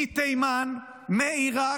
מתימן, מעיראק,